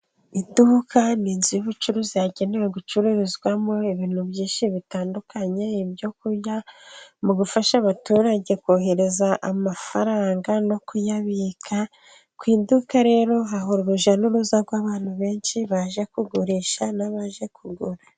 Iduka ni inzu y'ubucuruzi yagenewe gucururizwamo ibintu byinshi bitandukanye, ibyo kurya, mu gufasha abaturage kohereza amafaranga, no kuyabika. Ku iduka rero hahora urujya n'uruza rw'abantu benshi, baje kugurisha n'abaje kugura.